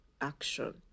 action